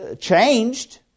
changed